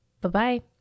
Bye-bye